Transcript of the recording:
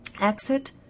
Exit